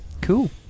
Cool